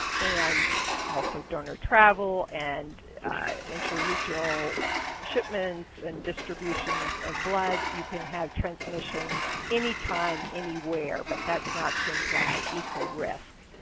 and also donor travel and interregional shipments and distributions of blood, you can have transmission anytime, anywhere. but that's not to imply equal risk.